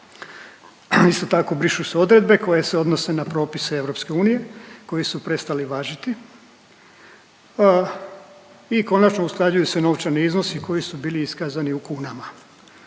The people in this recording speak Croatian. Isto tako brišu se odredbe koje se odnose na propise EU koji su prestali važiti i konačno usklađuju se novčani iznosi koji su bili iskazani u kunama,